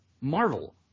Marvel